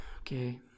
Okay